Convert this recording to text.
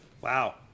wow